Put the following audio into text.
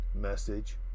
message